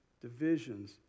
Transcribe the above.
divisions